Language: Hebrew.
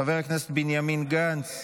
חבר הכנסת בנימין גנץ,